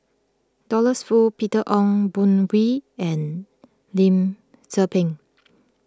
Douglas Foo Peter Ong Boon Kwee and Lim Tze Peng